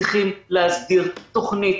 צריכים להסדיר תוכנית